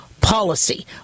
policy